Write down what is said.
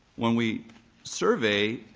when we survey,